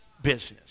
Business